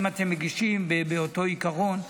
אם אתם מגישים אותו באותו עיקרון.